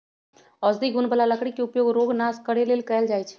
औषधि गुण बला लकड़ी के उपयोग रोग नाश करे लेल कएल जाइ छइ